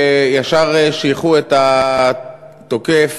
ישר שייכו את התוקף